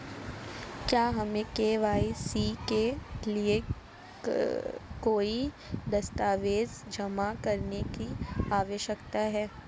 क्या हमें के.वाई.सी के लिए कोई दस्तावेज़ जमा करने की आवश्यकता है?